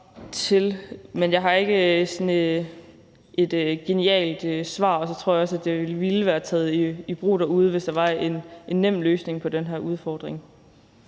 Men jeg har ikke sådan et genialt svar. Jeg tror også, at det ville være taget i brug derude, hvis der var en nem løsning på den her udfordring.